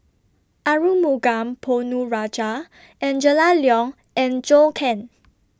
Arumugam Ponnu Rajah Angela Liong and Zhou Can